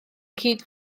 cyd